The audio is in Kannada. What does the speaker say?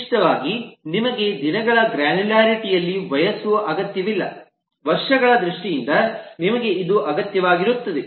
ವಿಶಿಷ್ಟವಾಗಿ ನಿಮಗೆ ದಿನಗಳ ಗ್ರ್ಯಾನ್ಯುಲಾರಿಟಿ ಯಲ್ಲಿ ವಯಸ್ಸು ಅಗತ್ಯವಿಲ್ಲ ವರ್ಷಗಳ ದೃಷ್ಟಿಯಿಂದ ನಿಮಗೆ ಇದು ಅಗತ್ಯವಾಗಿರುತ್ತದೆ